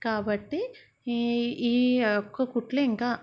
కాబట్టి ఈ ఈ ఒక్క కుట్లు ఇంకా